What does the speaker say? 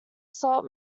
salt